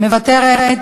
מוותרת.